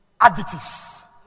additives